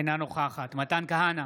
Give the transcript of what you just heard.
אינה נוכחת מתן כהנא,